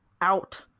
out